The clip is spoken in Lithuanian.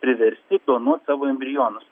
priversti planuot savo embrionus